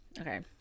Okay